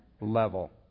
level